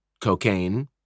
cocaine